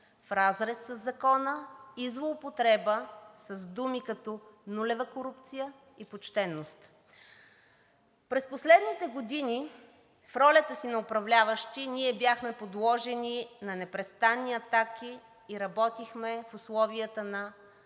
в разрез със закона и злоупотреба с думи, като нулева корупция и почтеност. През последните години в ролята си на управляващи ние бяхме подложени на непрестанни атаки и работихме в условията на